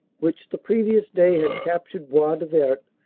which the previous day had captured bois du vert,